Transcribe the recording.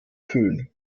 föhn